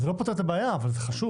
זה לא פותר את הבעיה, אבל זה חשוב.